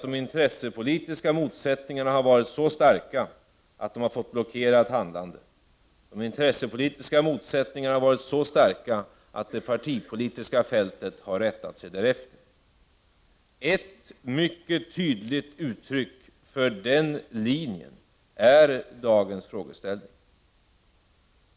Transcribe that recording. De intressepolitiska motsättningarna har varit så starka att de har blockerat handlandet. De intressepolitiska motsättningarna har varit så starka att det partipolitiska fältet har rättat sig därefter. Ett mycket tydligt uttryck för den linjen är dagens frågeställning.